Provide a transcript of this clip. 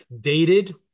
dated